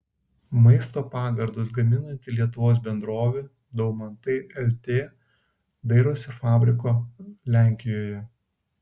maisto pagardus gaminanti lietuvos bendrovė daumantai lt dairosi fabriko lenkijoje